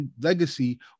legacy